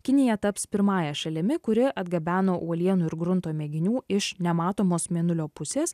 kinija taps pirmąja šalimi kuri atgabeno uolienų ir grunto mėginių iš nematomos mėnulio pusės